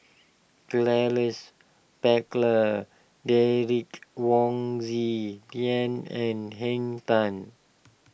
Charles Paglar Derek Wong Zi Liang and Henn Tan